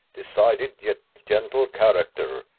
decided yet gentle character,